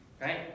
Right